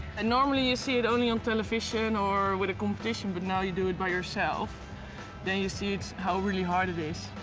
normally you see it only on television, or with a competition but now you do it by yourself and you see how really hard it is.